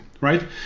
right